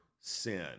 sin